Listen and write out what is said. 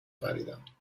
خریدم